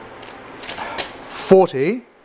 forty